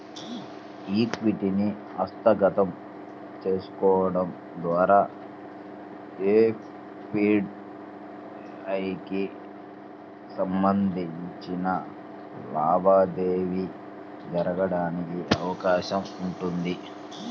ఈక్విటీని హస్తగతం చేసుకోవడం ద్వారా ఎఫ్డీఐకి సంబంధించిన లావాదేవీ జరగడానికి అవకాశం ఉంటుంది